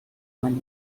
many